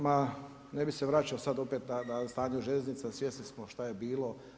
Ma ne bih se vraćao sad opet na stanje željeznica, svjesni smo šta je bilo.